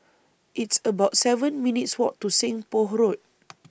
It's about seven minutes' Walk to Seng Poh Road